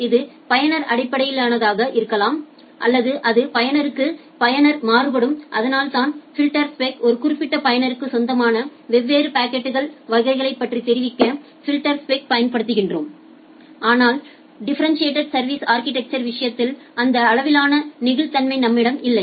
இது பயனர் அடிப்படையிலானதாக இருக்கலாம் அல்லது அது பயனருக்கு பயனர் மாறுபடும் அதனால்தான் ஃபில்டர்ஸ்பெக்கின் ஒரு குறிப்பிட்ட பயனருக்கு சொந்தமான வெவ்வேறு பாக்கெட்கள் வகைகளை பற்றி தெரிவிக்க ஃபில்டர்ஸ்பெக்யை பயன்படுத்துகிறோம் ஆனால் டிஃபரெண்டிட்டேட் சா்விஸ் அா்கிடெக்சர் விஷயத்தில் அந்த அளவிலான நெகிழ்வுத்தன்மை நம்மிடம் இல்லை